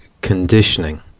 conditioning